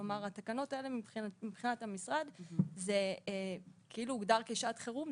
התקנות האלה מבחינת המשרד זה כאילו הוגדר כשעת חירום,